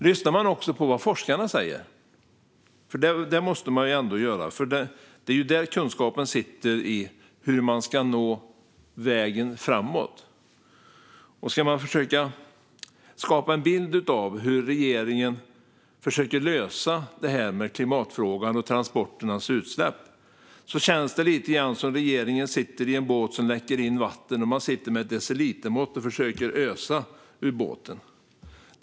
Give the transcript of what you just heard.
Lyssnar man på vad forskarna säger - och det måste man göra, för det är där kunskapen om vägen framåt finns - och försöker skapa sig en bild av hur regeringen försöker lösa det här med klimatfrågan och transporternas utsläpp känns det lite som om regeringen sitter i en båt som läcker in vatten. Där sitter regeringen med ett decilitermått och försöker ösa ur båten.